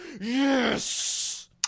yes